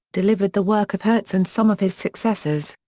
delivered the work of hertz and some of his successors.